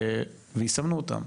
ויסמנו אותם.